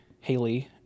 Haley